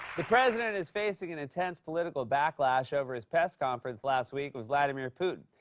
the president is facing an intense political backlash over his press conference last week with vladimir putin.